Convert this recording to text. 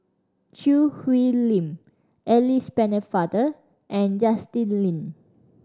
Choo Hwee Lim Alice Pennefather and Justin Lean